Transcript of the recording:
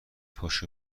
پاشو